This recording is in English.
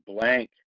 blank